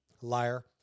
Liar